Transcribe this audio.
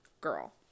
girl